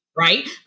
Right